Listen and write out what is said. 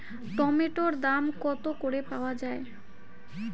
টমেটোর দাম কত করে পাওয়া যায়?